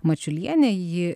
mačiulienė ji